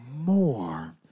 more